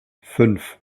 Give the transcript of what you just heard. fünf